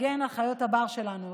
גם על חיות הבר שלנו.